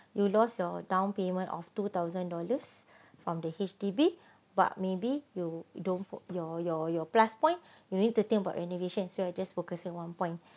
you lost your down payment of two thousand dollars from the H_D_B but maybe you don't put your your your plus point you need to think about renovations you are just focus on one point